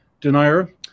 denier